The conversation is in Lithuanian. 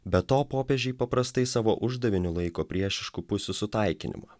be to popiežiai paprastai savo uždaviniu laiko priešiškų pusių sutaikinimą